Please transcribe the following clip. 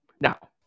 Now